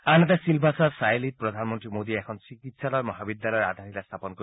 আনহাতে ছিলভাছাৰ ছায়লীত প্ৰধানমন্ত্ৰী মোদীয়ে এখন চিকিৎসা মহাবিদ্যালয়ৰ আধাৰশিলা স্থাপন কৰিব